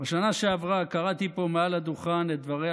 בשנה שעברה קראתי פה מעל הדוכן את דבריה